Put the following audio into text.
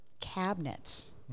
cabinets